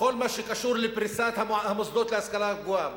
בכל מה שקשור לפריסת המוסדות להשכלה גבוהה,